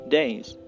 days